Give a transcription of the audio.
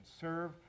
serve